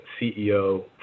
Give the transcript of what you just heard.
CEO